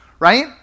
Right